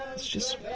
it's just,